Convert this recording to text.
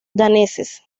daneses